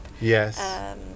yes